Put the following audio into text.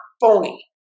phony